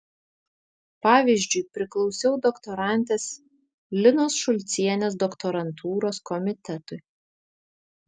pavyzdžiui priklausiau doktorantės linos šulcienės doktorantūros komitetui